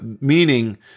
meaning